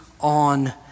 on